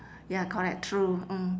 ya correct true mm